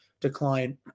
decline